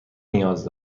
نیاز